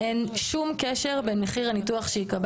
אין שום קשר בין מחיר הניתוח שייקבע